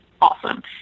awesome